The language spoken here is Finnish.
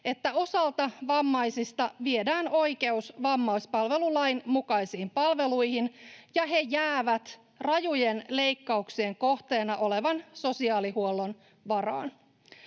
että osalta vammaisia viedään oikeus vammaispalvelulain mukaisiin palveluihin ja he jäävät rajujen leikkauksien kohteena olevan sosiaalihuollon varaan.